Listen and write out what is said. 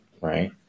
Right